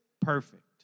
perfect